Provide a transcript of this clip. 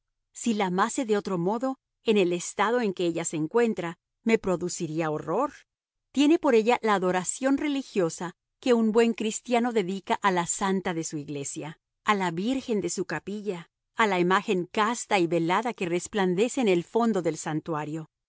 si la amase de otro modo en el estado en que ella se encuentra me produciría horror tiene por ella la adoración religiosa que un buen cristiano dedica a la santa de su iglesia a la virgen de su capilla a la imagen casta y velada que resplandece en el fondo del santuario